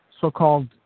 so-called